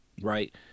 right